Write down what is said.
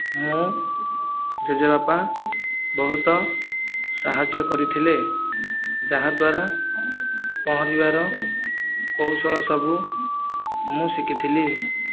ମୋ' ଜେଜେବାପା ବହୁତ ସାହାଯ୍ୟ କରିଥିଲେ ଯାହା ଦ୍ୱାରା ପହଁରିବାର କୌଶଳ ସବୁ ମୁଁ ଶିଖିଥିଲି